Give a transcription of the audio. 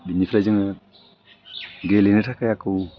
बेनिफ्राय जोङो गेलेनो थाखाय आकौ